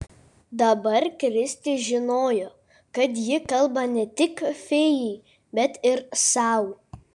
dabar kristė žinojo kad ji kalba ne tik fėjai bet ir sau